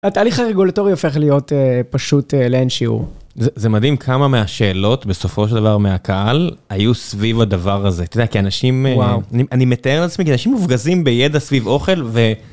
התהליך הרגולטורי הופך להיות פשוט לאין שיעור. זה מדהים כמה מהשאלות, בסופו של דבר, מהקהל היו סביב הדבר הזה. אתה יודע, כי אנשים... אני מתאר לעצמי, כי אנשים מופגזים בידע סביב אוכל ו...